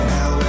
Now